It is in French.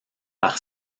par